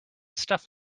stuff